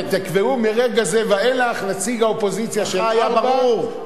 ותקבעו מרגע זה ואילך: נציג האופוזיציה של ארבע,